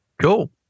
Cool